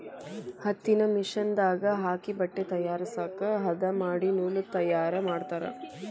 ಹತ್ತಿನ ಮಿಷನ್ ದಾಗ ಹಾಕಿ ಬಟ್ಟೆ ತಯಾರಸಾಕ ಹದಾ ಮಾಡಿ ನೂಲ ತಯಾರ ಮಾಡ್ತಾರ